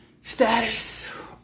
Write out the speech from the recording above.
status